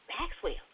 Maxwell